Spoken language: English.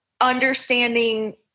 understanding